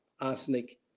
arsenic